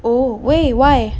oh wait why